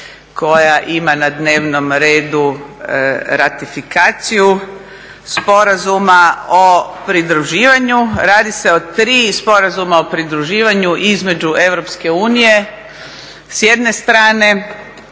koja ima na dnevnom redu ratifikaciju Sporazuma o pridruživanju. Radi se o tri Sporazuma o pridruživanju između EU s jedne strane